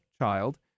child